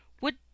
Would